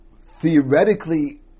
theoretically